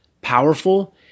powerful